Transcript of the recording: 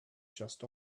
just